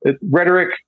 rhetoric